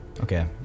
Okay